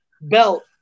belt